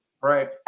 Right